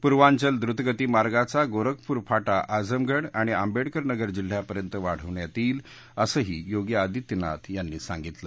पूर्वांचल द्वतगतीमार्गाचा गोरखपूर फाटा आजमगढ आणि आंबेडकर नगर जिल्ह्यापर्यंत वाढवण्यात येईल असंही योगी आदित्यनाथ यांनी सांगितलं